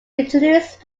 introduced